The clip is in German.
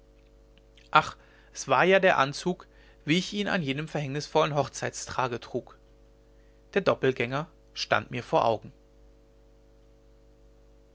ach es war ja der anzug wie ich ihn an jenem verhängnisvollen hochzeittage trug der doppelgänger stand mir vor augen